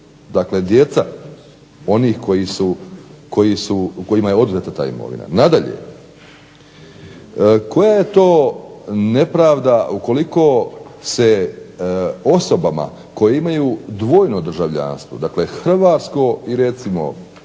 Dakle, djeca onih kojima je oduzeta ta imovina. Nadalje, koja je to nepravda ukoliko se osobama koje imaju dvojno državljanstvo dakle hrvatsko i recimo austrijsko